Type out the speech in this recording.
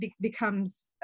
becomes